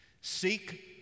Seek